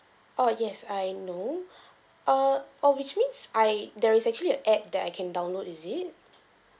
oh yes I know err oh which means I there is actually a app that I can download is it